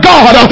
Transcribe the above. God